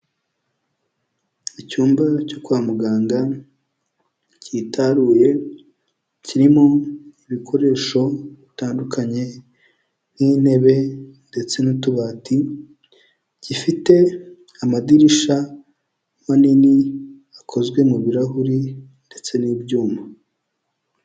Icyumba cyo kwa muganga kitaruye kirimo ibikoresho bitandukanye nk'intebe ndetse n'utubati, gifite amadirisha manini akozwe mu birarahuri ndetse n'ibyuma.